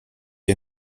ihr